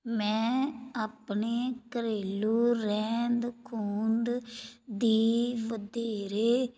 ਮੈਂ ਆਪਣੇ ਘਰੇਲੂ ਰਹਿੰਦ ਖੂੰਹਦ ਦੀ ਵਧੇਰੇ